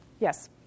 Yes